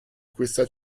questa